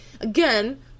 again